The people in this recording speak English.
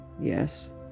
Yes